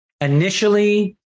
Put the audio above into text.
initially